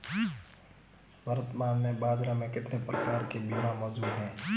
वर्तमान में बाज़ार में कितने प्रकार के बीमा मौजूद हैं?